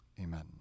amen